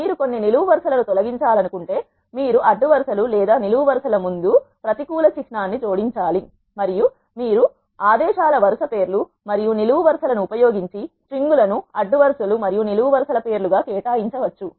మీరు కొన్ని నిలువు వరుస లను తొలగించాలనుకుంటే మీరు అడ్డు వరుస లు లేదా నిలువు వరుస ల ముందు ప్రతికూల చిహ్నాన్ని జోడించాలి మరియు మీరు ఆదేశాల వరుస పేర్లు మరియు నిలువు వరుస లను ఉపయోగించి స్ట్రింగ్ లను అడ్డు వరుస లు మరియు నిలువు వరుస ల పేర్లు గా కేటాయించవచ్చు